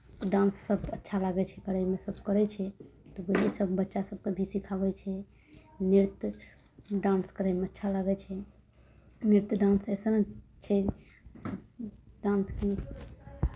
डान्ससभ अच्छा लागै छै करैमे सभ करै छै तऽ बुजुर्ग सभ बच्चा सभकेँ भी सिखाबै छै नृत्य डान्स करयमे अच्छा लागै छै नृत्य डान्स एसन छै डान्स